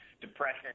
depression